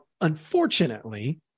Unfortunately